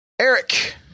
Eric